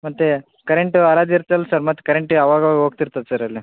ಮತ್ತೆ ಕರೆಂಟ್ ಆರದು ಇರ್ತದಲ್ಲ ಸರ್ ಮತ್ತೆ ಕರೆಂಟ್ ಅವಾಗ ಅವಾಗ ಹೋಗ್ತಿರ್ತದೆ ಸರ್ ಅಲ್ಲಿ